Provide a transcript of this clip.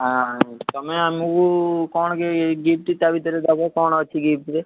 ହାଁ ତମେ ଆମକୁ କଣ ଗିଫ୍ଟ ତା ଭିତରେ ଦେବ କଣ ଅଛି ଗିଫ୍ଟରେ